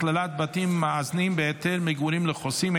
הכללת בתים מאזנים בהיתר מגורים לחוסים),